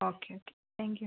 okay okay thank you